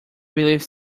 believe